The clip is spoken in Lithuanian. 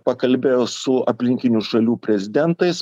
pakalbėjo su aplinkinių šalių prezidentais